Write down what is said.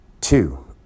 Two